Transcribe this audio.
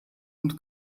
und